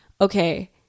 okay